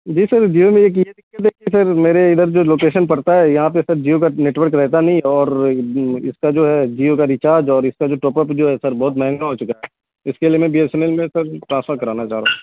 جی sir Jio میں ایک یہ دقت رہتی سر میرے ادھر جو لوکیشن پڑتا ہے یہاں پہ سر جیو کا نیٹ ورک رہتا نہیں اور اس کا جو ہے جیو کا ریچارج اور اس کا جو ٹاپ اپ ہے بہت مہنگا ہو چکا ہے اس کے لیے میں بی ایس این ایل میں سر ٹرانسفر کرانا چاہ رہا ہوں